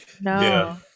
No